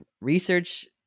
research